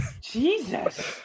Jesus